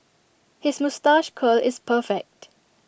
his moustache curl is perfect